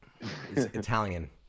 Italian